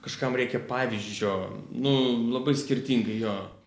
kažkam reikia pavyzdžio nu labai skirtingai jo